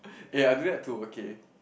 eh I do that too okay